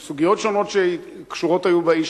היו סוגיות שונות שקשורות באיש,